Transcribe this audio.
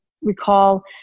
recall